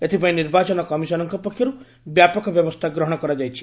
ଏଥିପାଇଁ ନିର୍ବାଚନ କମିଶନଙ୍କ ପକ୍ଷରୁ ବ୍ୟାପକ ବ୍ୟବସ୍ଥା ଗ୍ରହଣ କରାଯାଇଛି